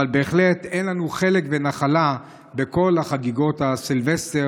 אבל בהחלט אין לנו חלק ונחלה בכל חגיגות הסילבסטר